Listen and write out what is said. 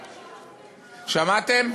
שמעתם?